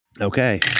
Okay